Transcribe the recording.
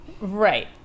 Right